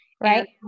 Right